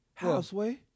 houseway